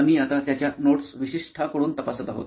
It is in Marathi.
आम्ही आता त्याच्या नोट्स विशिष्टांकडून तपासत आहोत